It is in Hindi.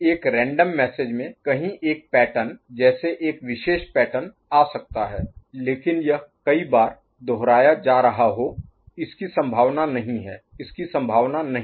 एक रैंडम मैसेज में कहीं एक पैटर्न जैसे एक विशेष पैटर्न आ सकता है लेकिन यह कई बार दोहराया जा रहा हो इसकी संभावना नहीं है इसकी संभावना नहीं है